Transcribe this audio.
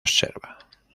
observa